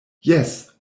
jes